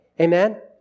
Amen